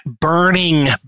burning